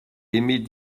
aimer